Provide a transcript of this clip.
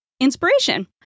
inspiration